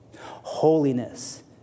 holiness